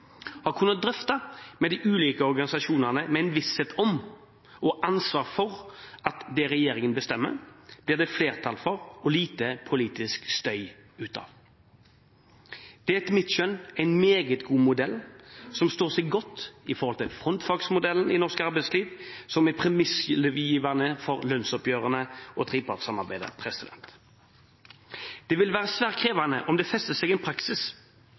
har kunnet drøfte med de ulike organisasjonene med en visshet om at det regjeringen bestemmer, blir det flertall for og lite politisk støy ut av. Det er etter mitt skjønn en meget god modell, som står seg godt overfor både frontfagsmodellen i norsk arbeidsliv, som er premissgivende for lønnsoppgjørene, og trepartssamarbeidet. Det vil være svært krevende om det fester seg en praksis